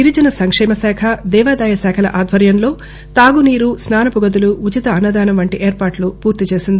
గిరిజన సంక్షేమశాఖ దేవాదాయ శాఖల ఆధ్వర్యంలో తాగునీరు స్నానపు గదులు ఉచిత అన్నదానం అన్ని ఏర్పాట్లు చేసింది